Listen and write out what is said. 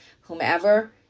whomever